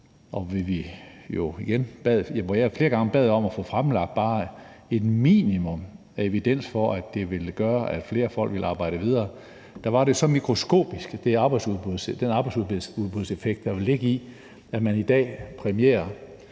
vi jo igen flere gange bad om at få fremlagt bare et minimum af evidens for, at det ville gøre, at flere folk ville arbejde videre, var den så mikroskopisk – den arbejdsudbudseffekt, der ville ligge i, at man i dag præmierer